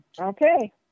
Okay